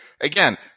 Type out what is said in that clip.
again